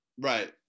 Right